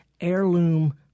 heirloom